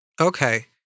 okay